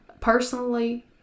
personally